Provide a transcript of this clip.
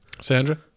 sandra